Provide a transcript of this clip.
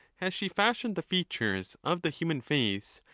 has she fashioned the features of the human face,